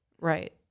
Right